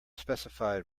specified